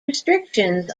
restrictions